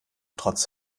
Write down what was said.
trotz